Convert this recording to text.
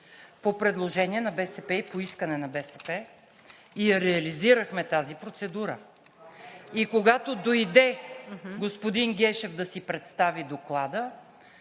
по предложение на БСП и по искане на БСП, и я реализирахме тази процедура. И когато дойде господин Гешев да си представи доклада